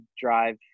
drive